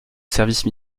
service